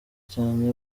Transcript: cyane